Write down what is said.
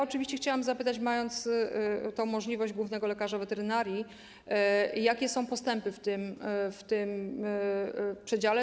Oczywiście chciałabym zapytać, mając tę możliwość, głównego lekarza weterynarii o to, jakie są postępy w tym przedziale.